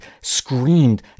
screamed